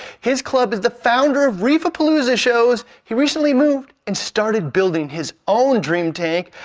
his club is the founder of reefapalooza shows. he recently moved and started building his own dream tank.